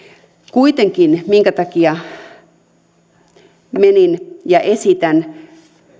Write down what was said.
kuitenkin se syy minkä takia esitän